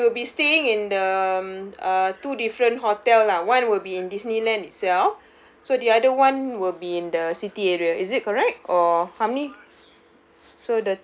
so we will be staying in the um uh two different hotel lah one will be in disneyland itself so the other one will be in the city area is it correct or how many